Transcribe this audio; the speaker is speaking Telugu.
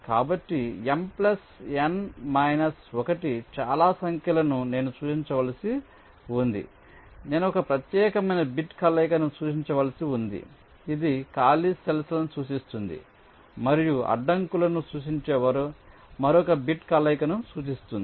కాబట్టి M N 1 చాలా సంఖ్యలను నేను సూచించవలసి ఉంది నేను ఒక ప్రత్యేకమైన బిట్ కలయికను సూచించవలసి ఉంది ఇది ఖాళీ సెల్ఫ్ లను సూచిస్తుంది మరియు అడ్డంకులను సూచించే మరొక బిట్ కలయికను సూచిస్తుంది